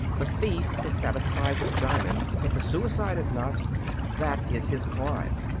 the thief is satisfied with diamonds but the suicide is not that is his crime.